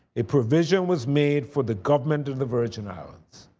a provision was made for the government of the virgin islands.